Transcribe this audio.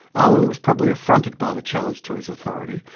owen was probably affronted by the challenge to his authority,